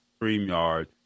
Streamyard